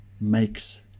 makes